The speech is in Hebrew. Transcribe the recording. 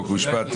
חוק ומשפט,